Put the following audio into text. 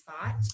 spot